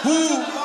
הוא,